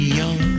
young